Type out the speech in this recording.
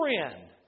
friend